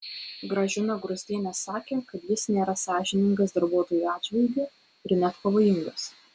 gražina gruzdienė sakė kad jis nėra sąžiningas darbuotojų atžvilgiu ir net pavojingas